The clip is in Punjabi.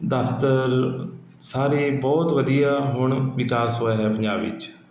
ਦਫਤਰ ਸਾਰੇ ਬਹੁਤ ਵਧੀਆ ਹੁਣ ਵਿਕਾਸ ਹੋਇਆ ਹੈ ਪੰਜਾਬ ਵਿੱਚ